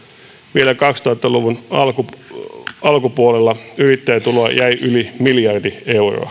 vielä kaksituhatta luvun alkupuolella yrittäjätuloa jäi yli miljardi euroa